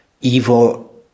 evil